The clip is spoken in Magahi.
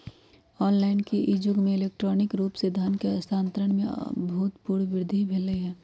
ऑनलाइन के इ जुग में इलेक्ट्रॉनिक रूप से धन के स्थानान्तरण में अभूतपूर्व वृद्धि भेल हइ